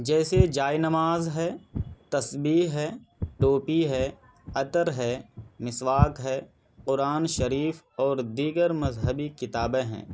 جیسے جائے نماز ہے تسبیح ہے ٹوپی ہے عطر ہے مسواک ہے قرآن شریف اور دیگر مذہبی کتابیں ہیں